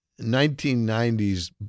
1990s